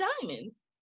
diamonds